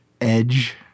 edge